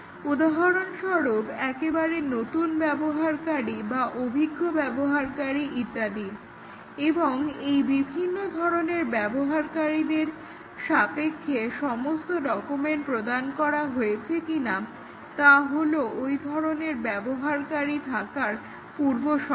উদাহরণস্বরূপ একেবারে নতুন ব্যবহারকারী বা অভিজ্ঞ ব্যবহারকারী ইত্যাদি এবং এই বিভিন্ন ধরণের ব্যবহারকারীদের সাপেক্ষে সমস্ত ডকুমেন্ট প্রদান করা হয়েছে কিনা তা হলো ওই ধরণের ব্যবহারকারী থাকার পূর্বশর্ত